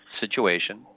situation